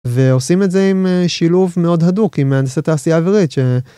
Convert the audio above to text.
ועושים את זה עם שילוב מאוד הדוק עם הנדסת תעשייה אווירית.